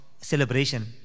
celebration